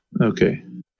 Okay